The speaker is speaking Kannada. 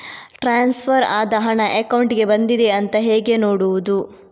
ಟ್ರಾನ್ಸ್ಫರ್ ಆದ ಹಣ ಅಕೌಂಟಿಗೆ ಬಂದಿದೆ ಅಂತ ಹೇಗೆ ನೋಡುವುದು?